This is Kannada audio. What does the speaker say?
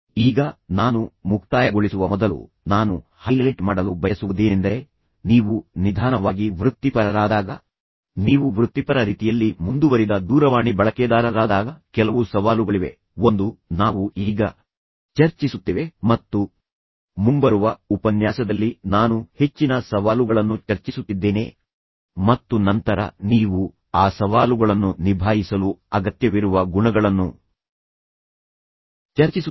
ಈಗ ನಾನು ಮುಕ್ತಾಯಗೊಳಿಸುವ ಮೊದಲು ನಾನು ಹೈಲೈಟ್ ಮಾಡಲು ಬಯಸುವುದೇನೆಂದರೆ ನೀವು ನಿಧಾನವಾಗಿ ವೃತ್ತಿಪರರಾದಾಗ ನೀವು ವೃತ್ತಿಪರ ರೀತಿಯಲ್ಲಿ ಮುಂದುವರಿದ ದೂರವಾಣಿ ಬಳಕೆದಾರರಾದಾಗ ಕೆಲವು ಸವಾಲುಗಳಿವೆ ಸರಿ ಸವಾಲುಗಳಲ್ಲಿ ಒಂದು ನಾವು ಈಗ ಚರ್ಚಿಸುತ್ತೇವೆ ಮತ್ತು ಮುಂಬರುವ ಉಪನ್ಯಾಸದಲ್ಲಿ ನಾನು ಹೆಚ್ಚಿನ ಸವಾಲುಗಳನ್ನು ಚರ್ಚಿಸುತ್ತಿದ್ದೇನೆ ಮತ್ತು ನಂತರ ನೀವು ಆ ಸವಾಲುಗಳನ್ನು ನಿಭಾಯಿಸಲು ಅಗತ್ಯವಿರುವ ಗುಣಗಳನ್ನು ಚರ್ಚಿಸುತ್ತೇನೆ